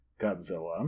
Godzilla